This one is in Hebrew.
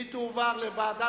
אני קובע שהצעת